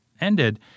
ended